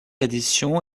édition